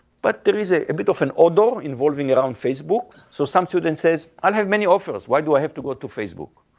but there is a bit of an order involving around facebook, so some student says, i have many offers, why do i have to go to facebook?